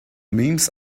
memes